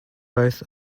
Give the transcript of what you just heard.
both